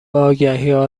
آگهیها